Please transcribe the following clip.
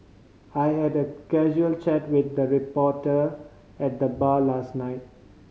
I had a casual chat with a reporter at the bar last night